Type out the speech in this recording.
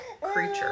creature